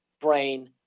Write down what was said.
brain